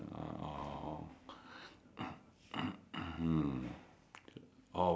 ah oh mm